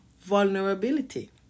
vulnerability